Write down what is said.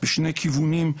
בשני כיוונים,